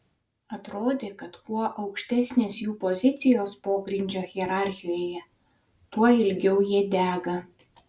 atrodė kad kuo aukštesnės jų pozicijos pogrindžio hierarchijoje tuo ilgiau jie dega